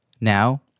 Now